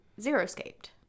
zero-scaped